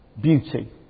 beauty